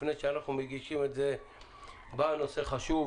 לפני שאנחנו מגישים את זה בא נושא חשוב